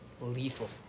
lethal